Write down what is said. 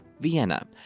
Vienna